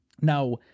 Now